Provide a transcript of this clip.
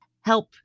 help